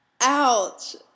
Ouch